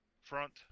front